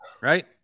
right